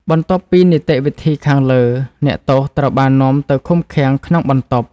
បន្ទាប់ពីនីតិវិធីខាងលើ អ្នកទោសត្រូវបាននាំទៅឃុំឃាំងក្នុងបន្ទប់។